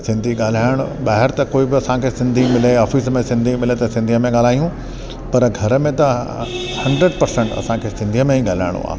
सिंधी ॻाल्हाइण ॿाहिरि त कोई बि असांखे सिंधी मिले ऑफिस में सिंधी मिले त सिंधीअ में ॻाल्हायूं पर घर में त हंड्रेंड परसेंट असांखे सिंधीअ में ई ॻाल्हाइणो आहे